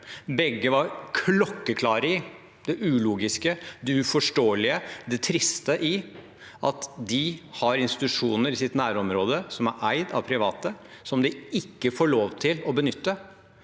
Begge var klokkeklare om det ulogiske, det uforståelige og det triste i at de har institusjoner i sitt nærområde som er eid av private som de ikke får lov til å benytte.